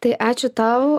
tai ačiū tau